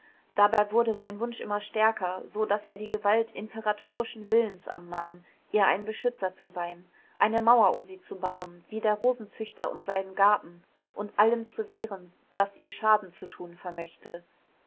dabei wurde sein wunsch immer stärker so daß er die gewalt imperatorischen willens annahm ihr ein beschützer zu sein eine mauer um sie zu bauen wie der rosenzüchter um seinen garten und allem zu wehren das ihr schaden zu tun vermöchte